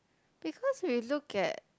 because we look at